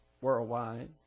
worldwide